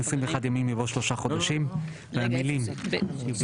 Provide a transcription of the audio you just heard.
במקום '21 ימים' יבוא 'שלושה חודשים' והמילים 'ובלבד